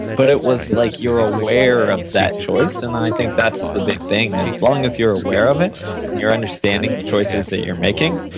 but it was like you're aware of that choice and i think that's the big thing. as long as you're aware of it and you're understanding the choices that you're making,